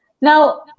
Now